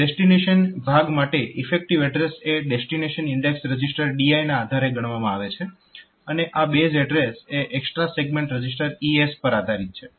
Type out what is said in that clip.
પછી ડેસ્ટીનેશન ભાગ માટે ઈફેક્ટીવ એડ્રેસ એ ડેસ્ટીનેશન ઇન્ડેક્સ રજીસ્ટર DI ના આધારે ગણવામાં આવે છે અને આ બેઝ એડ્રેસ એ એક્સ્ટ્રા સેગમેન્ટ રજીસ્ટર ES પર આધારીત છે